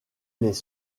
les